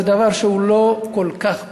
זה דבר שהוא לא כל כך פשוט,